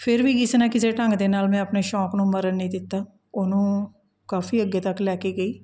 ਫਿਰ ਵੀ ਕਿਸੇ ਨਾ ਕਿਸੇ ਢੰਗ ਦੇ ਨਾਲ਼ ਮੈਂ ਆਪਣੇ ਸ਼ੌਂਕ ਨੂੰ ਮਰਨ ਨਹੀਂ ਦਿੱਤਾ ਉਹਨੂੰ ਕਾਫ਼ੀ ਅੱਗੇ ਤੱਕ ਲੈ ਕੇ ਗਈ